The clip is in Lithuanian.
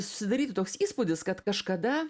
susidaryti toks įspūdis kad kažkada